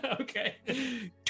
okay